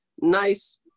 nice